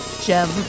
gem